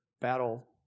battle